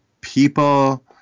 people